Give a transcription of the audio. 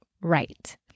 right